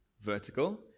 vertical